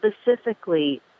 specifically